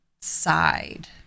side